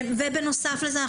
ובנוסף לזה,